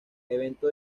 evento